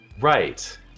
Right